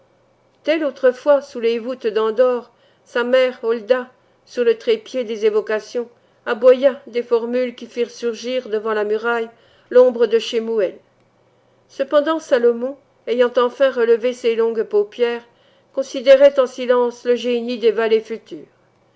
tel autrefois sous les voûtes d'endor sa mère holda sur le trépied des évocations aboya des formules qui firent surgir devant la muraille l'ombre de schemouël cependant salomon ayant enfin relevé ses longues paupières considérait en silence le génie des